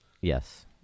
Yes